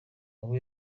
abo